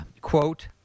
quote